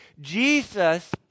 Jesus